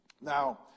Now